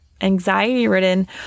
anxiety-ridden